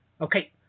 Okay